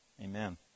Amen